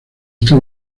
esta